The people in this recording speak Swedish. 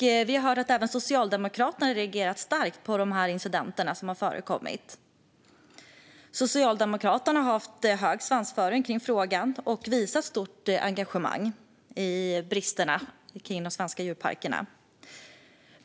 Vi har hört att även Socialdemokraterna har reagerat starkt på de incidenter som har förekommit. Socialdemokraterna har haft hög svansföring kring frågan och visat stort engagemang när det gäller bristerna i de svenska djurparkerna.